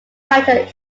writer